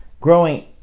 Growing